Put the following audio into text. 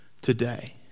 today